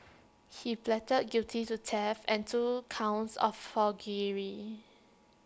he pleaded guilty to theft and two counts of forgery